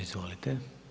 Izvolite.